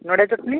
ନଡ଼ିଆ ଚଟ୍ନି